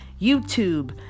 YouTube